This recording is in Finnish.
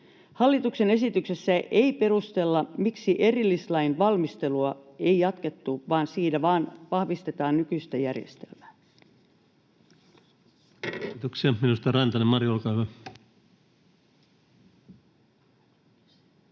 Hallituksen esityksessä ei perustella, miksi erillislain valmistelua ei jatkettu, vaan siinä vain vahvistetaan nykyistä järjestelmää. [Speech